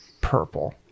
purple